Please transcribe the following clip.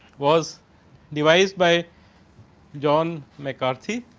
was devise by john mccarthy.